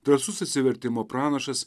drąsus atsivertimo pranašas